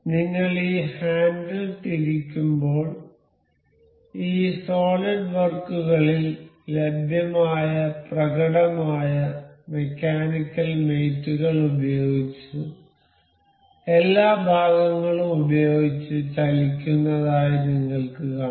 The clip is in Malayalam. നിങ്ങൾ ഈ ഹാൻഡിൽ തിരിക്കുമ്പോൾ ഈ സോളിഡ് വർക്കുകളിൽ ലഭ്യമായ പ്രകടമായ മെക്കാനിക്കൽ മേറ്റ് കൾ ഉപയോഗിച്ച് എല്ലാ ഭാഗങ്ങളും ഉപയോഗിച്ച് ചലിക്കുന്നതായി നിങ്ങൾക്ക് കാണാം